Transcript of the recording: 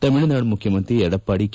ತಮಿಳುನಾಡು ಮುಖ್ಯಮಂತ್ರಿ ಎಡಪ್ಪಾಡಿ ಕೆ